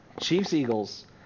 Chiefs-Eagles